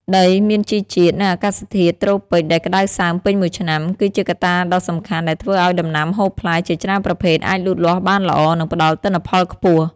ដីមានជីជាតិ និងអាកាសធាតុត្រូពិចដែលក្តៅសើមពេញមួយឆ្នាំ គឺជាកត្តាដ៏សំខាន់ដែលធ្វើឱ្យដំណាំហូបផ្លែជាច្រើនប្រភេទអាចលូតលាស់បានល្អ និងផ្តល់ទិន្នផលខ្ពស់។